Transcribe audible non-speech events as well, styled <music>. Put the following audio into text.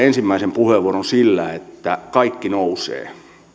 <unintelligible> ensimmäisen puheenvuoron sillä että kaikki nousevat